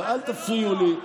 אל תפריעו לי.